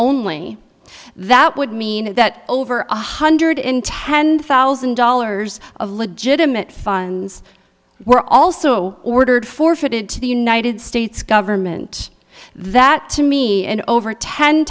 only that would mean that over one hundred in ten thousand dollars of legitimate funds were also ordered forfeited to the united states government that to me and over ten